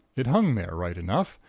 it hung there, right enough,